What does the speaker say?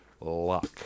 luck